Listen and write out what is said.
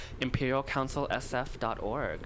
imperialcouncilsf.org